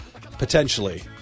Potentially